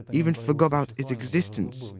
even forgot about its existence,